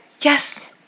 Yes